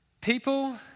People